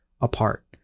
apart